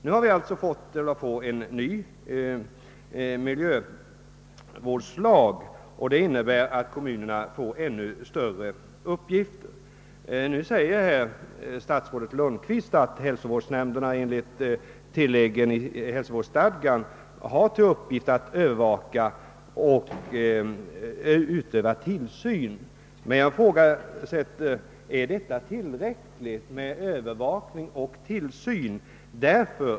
Nu har vi fattat beslut om en ny miljövårdslag. Denna innebär att kommunerna får ännu större uppgifter. Nu säger statsrådet Lundkvist att hälsovårdsnämnderna enligt tilläggen i hälsovårdsstadgan har till uppgift att övervaka och utöva tillsyn. Men jag ifrågasätter om det är tillräckligt med övervakning och tillsyn.